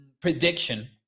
prediction